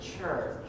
church